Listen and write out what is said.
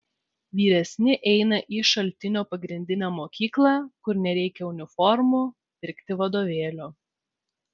vyresni eina į šaltinio pagrindinę mokyklą kur nereikia uniformų pirkti vadovėlių